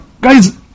Guys